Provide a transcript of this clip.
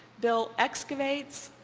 bill excavates,